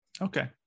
Okay